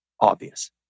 obvious